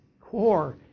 core